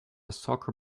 soccer